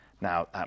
Now